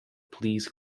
please